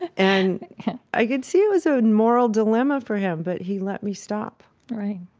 and i could see it was a moral dilemma for him, but he let me stop right.